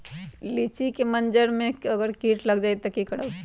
लिचि क मजर म अगर किट लग जाई त की करब?